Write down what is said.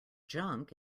junk